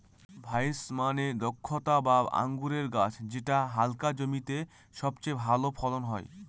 vines মানে দ্রক্ষলতা বা আঙুরের গাছ যেটা হালকা জমিতে সবচেয়ে ভালো ফলন হয়